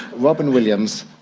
robin williams,